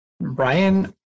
Brian